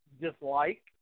dislike